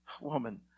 woman